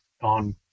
on